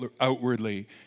outwardly